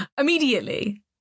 immediately